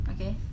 Okay